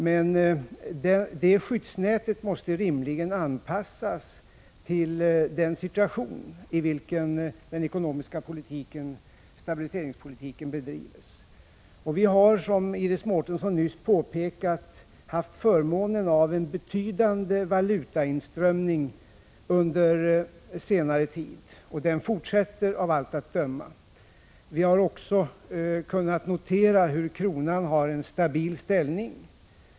Men det skyddsnätet måste rimligen anpassas till den situation i vilken stabiliseringspolitiken bedrivs. Vi har, som Iris Mårtensson nyss påpekat, haft förmånen av en betydande valutainströmning under senare tid, och den fortsätter av allt att döma. Vi har också kunnat notera att kronan har en stabil ställning.